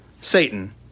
Satan